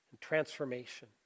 transformation